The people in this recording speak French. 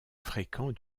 fréquent